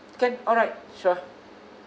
can alright sure